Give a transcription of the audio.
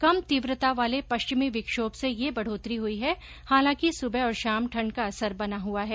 कम तीव्रता वाले पश्चिमी विक्षोप से यह बढोतरी हुई है हालांकि सुबह और शाम ठंड का असर बना हुआ है